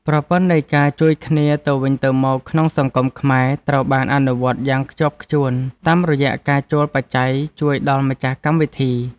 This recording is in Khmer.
ប្រព័ន្ធនៃការជួយគ្នាទៅវិញទៅមកក្នុងសង្គមខ្មែរត្រូវបានអនុវត្តយ៉ាងខ្ជាប់ខ្ជួនតាមរយៈការចូលបច្ច័យជួយដល់ម្ចាស់កម្មវិធី។